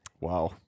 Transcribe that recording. Wow